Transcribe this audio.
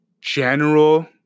general